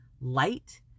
light